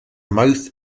mouth